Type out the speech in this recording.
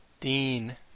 Dean